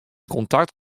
kontakt